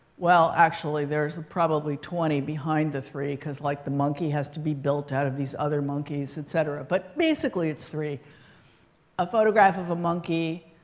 well actually, there's probably twenty behind the three. because, like, the monkey has to be built out of these other monkeys, et cetera. but basically, it's three a photograph of a monkey,